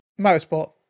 motorsport